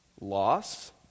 Loss